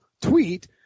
tweet